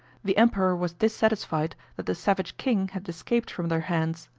the emperor was dissatisfied that the savage king had escaped from their hands.